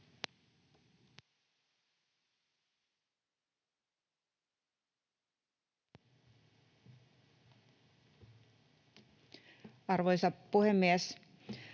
Arvoisa puhemies!